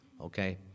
okay